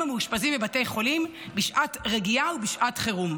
המאושפזים בבתי חולים בשעת רגיעה ובשעת חירום.